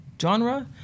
genre